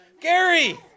Gary